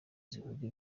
zivuga